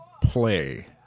play